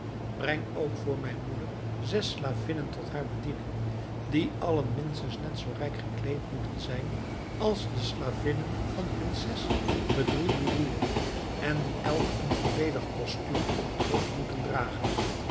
breng ook voor mijn moeder zes slavinnen tot haar bediening die allen minstens net zoo rijk gekleed moeten zijn als de slavinnen van prinses bedroelboedoer en die elk een volledig kostuum op het hoofd moeten dragen